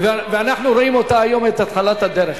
ואנחנו רואים היום את התחלת הדרך.